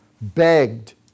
begged